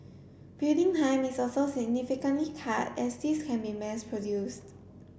building time is also significantly cut as these can be mass produced